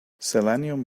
selenium